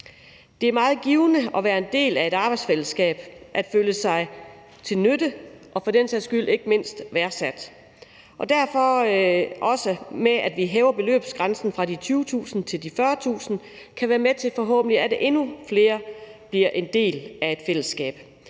Det er meget givende at være en del af et arbejdsfællesskab, at føle sig til nytte og ikke mindst værdsat – og det her med, at vi også hæver beløbsgrænsen fra 20.000 kr. til 40.000 kr., kan derfor forhåbentlig være med til, at endnu flere bliver en del af et fællesskab.